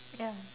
ya